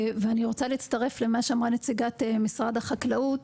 אני רוצה להצטרף למה שאמרה נציגת משרד החקלאות.